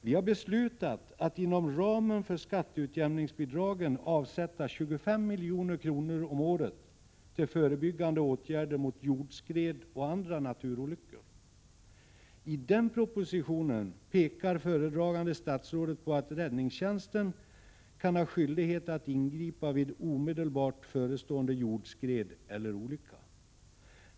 Vi har beslutat att inom ramen för skatteutjämningsbidragen avsätta 25 milj.kr. om året till förebyggande åtgärder mot jordskred och andra naturolyckor. I den i detta ärende aktuella propositionen pekar föredragande statsrådet på att räddningstjänsten kan ha skyldighet att ingripa vid omedelbart förestående jordskred eller olycka.